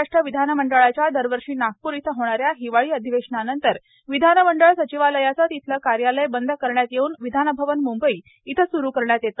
महाराष्ट्र विधानमंडळाच्या दरवर्षी नागपूर येथे होणाऱ्या हिवाळी अधिवेशनानंतर विधानमंडळ सचिवालयाचे तेथील कार्यालय बंद करण्यात येऊन विधानभवन मंंबई येथे सुरू करण्यात येते